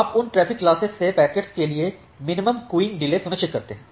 आप उन traffic classes से पैकेट्स के लिए मिनिमम क्यूइंग डिले सुनिश्चित करते हैं